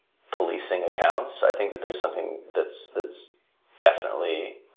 policing accounts. i think that there's something that's that's definitely